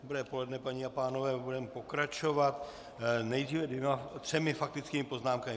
Dobré poledne, paní a pánové, budeme pokračovat nejdříve třemi faktickými poznámkami.